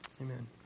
Amen